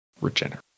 Regenerate